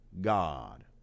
God